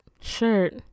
shirt